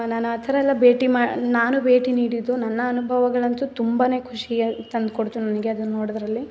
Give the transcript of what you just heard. ನಾನು ಆ ಥರ ಎಲ್ಲ ಭೇಟಿ ಮಾ ನಾನೂ ಭೇಟಿ ನೀಡಿದ್ದು ನನ್ನ ಅನುಭವಗಳಂತೂ ತುಂಬ ಖುಷಿಯ ತಂದು ಕೊಡ್ತು ನನಗೆ ಅದನ್ನು ನೋಡಿದ್ರಲ್ಲಿ